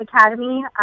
academy